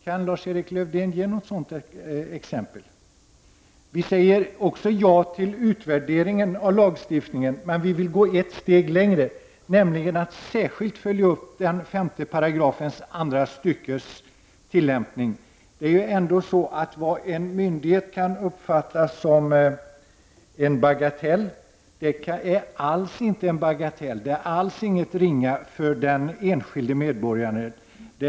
Kan Lars-Erik Lövdén ge något exempel? Vi säger också ja till utvärdering av lagstiftningen, men vi vill gå ett steg längre, nämligen att särskilt följa upp 5 § andra stycket. Det är så att vad en myndighet kan uppfatta som en bagatell inte alls behöver vara en bagatell eller en ringa sak för den enskilde medborgaren.